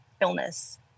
illness